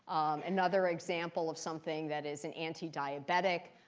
another example of something that is an anti-diabetic.